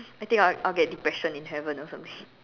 I think I will I will get depression in heaven or something